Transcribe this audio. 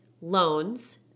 loans